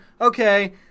Okay